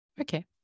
Okay